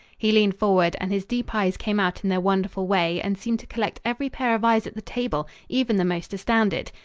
he leaned forward, and his deep eyes came out in their wonderful way and seemed to collect every pair of eyes at the table, even the most astounded.